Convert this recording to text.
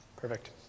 Perfect